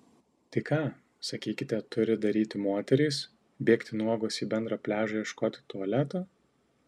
tai ką sakykite turi daryti moterys bėgti nuogos į bendrą pliažą ieškoti tualeto